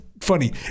funny